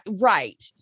Right